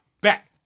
back